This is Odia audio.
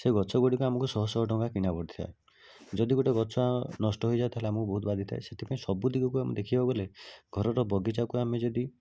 ସେ ଗଛଗୁଡ଼ିକ ଆମକୁ ଶହ ଶହ ଟଙ୍କା କିଣା ପଡ଼ିଥାଏ ଯଦି ଗୋଟେ ଗଛ ନଷ୍ଟ ହୋଇଯିବ ତାହେଲେ ଆମକୁ ବହୁତ ବାଧି ଥାଏ ସେଥିପାଇଁ ସବୁ ଦିଗକୁ ଆମେ ଦେଖିବାକୁ ଗଲେ ଘରର ବଗିଚାକୁ ଆମେ ଯଦି